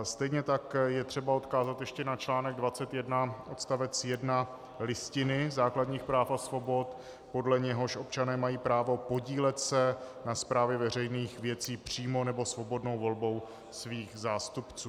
Stejně tak je třeba ještě odkázat na článek 21 odst. 1 Listiny základních práv a svobod, podle něhož občané mají právo podílet se na správě veřejných věcí přímo nebo svobodnou volbou svých zástupců.